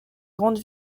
grandes